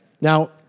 now